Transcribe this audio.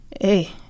Hey